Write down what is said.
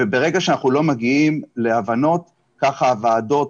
ברגע שאנחנו לא מגיעים להבנות ככה הוועדות